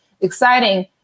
exciting